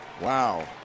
Wow